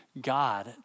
God